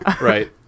Right